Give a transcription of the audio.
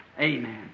Amen